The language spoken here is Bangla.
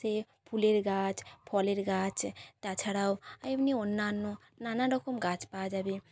সে ফুলের গাছ ফলের গাছ তাছাড়াও এমনি অন্যান্য নানা রকম গাছ পাওয়া যাবে